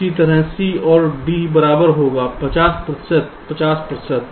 इसी तरह C और D बराबर होगा 50 प्रतिशत 50 प्रतिशत